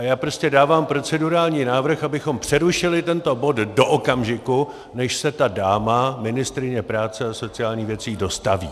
Já prostě dávám procedurální návrh, abychom přerušili tento bod do okamžiku, než se ta dáma, ministryně práce a sociálních věcí, dostaví.